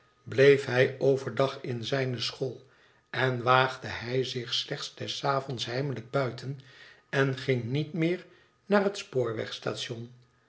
bleef hij over dag in zijne school en waagde hij zich slechts des avonds heimelijk buiten en ging niet meer naar het